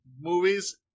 movies